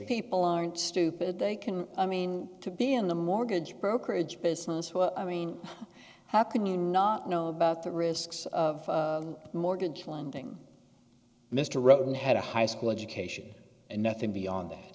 people aren't stupid they can i mean to be in the mortgage brokerage business what i mean how can you not know about the risks of mortgage lending mr roden had a high school education and nothing beyond